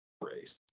race